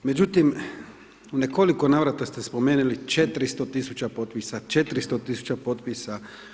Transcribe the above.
Međutim, u nekoliko navrata ste spomenuli 400 tisuća potpisa, 400 tisuća potpisa.